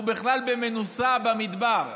הוא בכלל במנוסה במדבר.